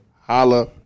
holla